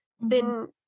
then-